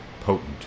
potent